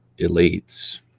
elites